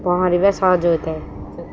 ପହଁରିବା ସହଜ ହୋଇଥାଏ